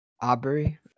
Aubrey